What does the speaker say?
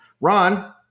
Ron